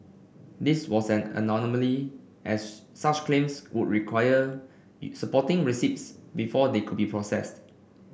this was an as such claims would require supporting receipts before they could be processed